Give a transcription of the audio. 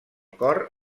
cor